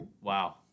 wow